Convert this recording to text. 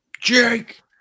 Jake